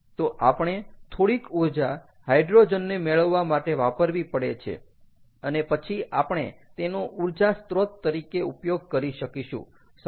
તો આપણે થોડીક ઊર્જા હાઇડ્રોજનને મેળવવા માટે વાપરવી પડે છે અને પછી આપણે તેનો ઊર્જા સ્ત્રોત તરીકે ઉપયોગ કરી શકીશું